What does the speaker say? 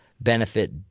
benefit